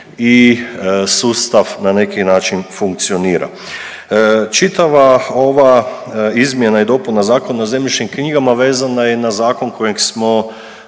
i sustav na neki način funkcionira. Čitava ova izmjena i dopuna Zakona o zemljišnim knjigama vezana je i na zakon kojeg smo